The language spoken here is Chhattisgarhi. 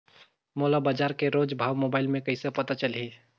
मोला बजार के रोज भाव मोबाइल मे कइसे पता चलही?